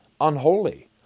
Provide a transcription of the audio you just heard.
unholy